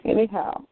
Anyhow